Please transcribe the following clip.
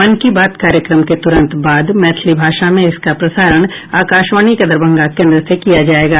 मन की बात कार्यक्रम के तुरंत बाद मैथिली भाषा में इसका प्रसारण आकाशवाणी के दरभंगा केन्द्र से किया जायेगा